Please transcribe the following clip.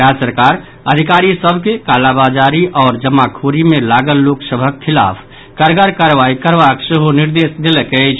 राज्य सरकार अधिकारी सभ के कालाबाजारी आओर जमाखोरी मे लागल लोक सभक खिलाफ कड़गर कार्रवाई करबाक सेहो निर्देश देलक अछि